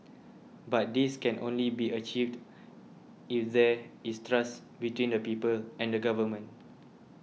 but this can only be achieved if there is trust between the people and the government